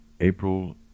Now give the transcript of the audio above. April